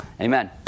Amen